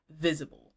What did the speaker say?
visible